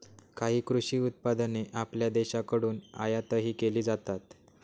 काही कृषी उत्पादने आपल्या देशाकडून आयातही केली जातात